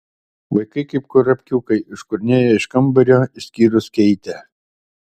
vaikai kaip kurapkiukai iškurnėjo iš kambario išskyrus keitę